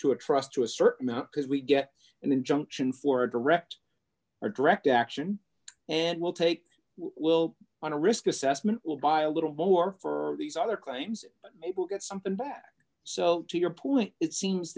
two a trust to a certain amount because we get an injunction for a direct or direct action and will take will on a risk assessment will by a little lower for these other claims it will get something back so to your point it seems